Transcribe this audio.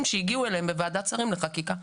שהגיעו אליהם בוועדת שרים לחקיקה.